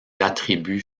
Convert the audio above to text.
attributs